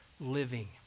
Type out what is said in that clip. living